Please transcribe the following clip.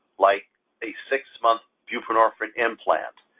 like a six-month buprenorphine implant.